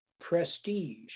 prestige